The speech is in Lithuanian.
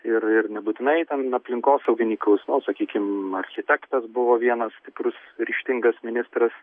ir ir nebūtinai ten aplinkosauginykų sakykim architektas buvo vienas stiprus ryžtingas ministras